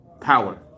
power